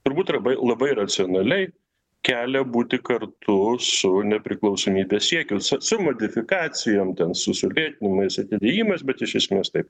turbūt labai labai racionaliai kelią būti kartu su nepriklausomybės siekiu su su modifikacijom ten su sulėtinimais atidėjimais bet iš esmės taip